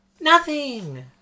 Nothing